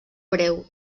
breu